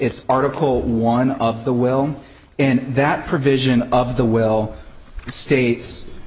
it's article one of the well in that provision of the will states